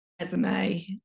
resume